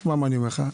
תשמע מה אני אומר לך,